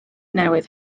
newydd